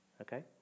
Okay